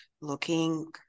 looking